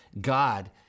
God